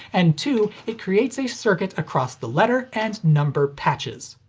and two it creates a circuit across the letter and number patches.